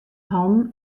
hannen